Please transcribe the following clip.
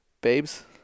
Babes